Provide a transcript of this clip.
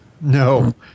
No